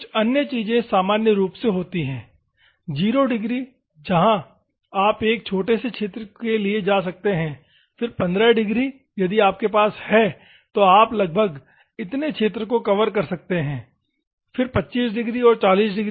कुछ अन्य चीजें सामान्य रूप से होती हैं 0 डिग्री जहां आप एक छोटे से क्षेत्र के लिए जा सकते हैं फिर 15 डिग्री यदि आपके पास है तो आप लगभग इतने क्षेत्र को कवर कर सकते हैं और फिर 25 डिग्री और 40 डिग्री